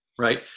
right